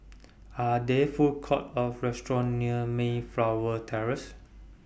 Are There Food Courts Or restaurants near Mayflower Terrace